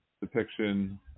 depiction